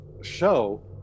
show